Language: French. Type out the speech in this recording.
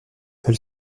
elle